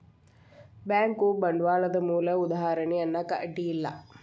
bank ಬಂಡ್ವಾಳದ್ ಮೂಲ ಉದಾಹಾರಣಿ ಅನ್ನಾಕ ಅಡ್ಡಿ ಇಲ್ಲಾ